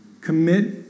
Commit